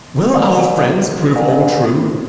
will our friends prove all true?